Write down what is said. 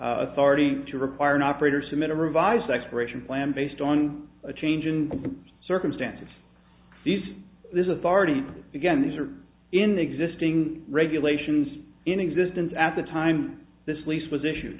authority to require an operator submit a revised expiration plan based on a change in circumstance of these this authority again these are in the existing regulations in existence at the time this lease was issue